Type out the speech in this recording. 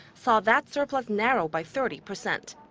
saw that surplus narrow by thirty percent.